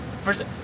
first